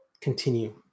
continue